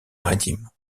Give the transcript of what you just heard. maritimes